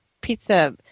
pizza